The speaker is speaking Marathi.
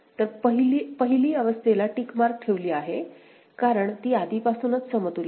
तर पहिल्या अवस्थेला टिक मार्क ठेवली आहे कारण ती आधीपासूनच समतुल्य आहे